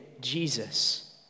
Jesus